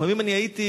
לפעמים אני הייתי,